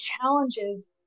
challenges